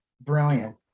Brilliant